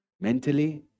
mentally